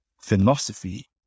philosophy